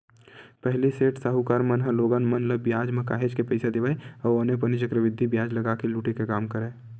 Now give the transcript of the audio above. पहिली सेठ, साहूकार मन ह लोगन मन ल बियाज म काहेच के पइसा देवय अउ औने पौने चक्रबृद्धि बियाज लगा के लुटे के काम करय